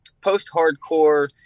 post-hardcore